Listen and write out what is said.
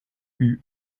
eut